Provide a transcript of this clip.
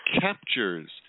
captures